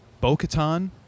Bo-Katan